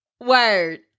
Word